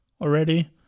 already